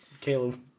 Caleb